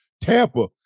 Tampa